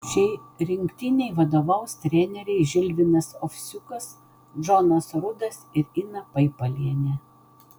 šiai rinktinei vadovaus treneriai žilvinas ovsiukas džonas rudas ir ina paipalienė